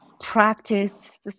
practice